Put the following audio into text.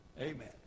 Amen